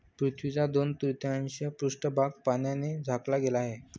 पृथ्वीचा दोन तृतीयांश पृष्ठभाग पाण्याने झाकला गेला आहे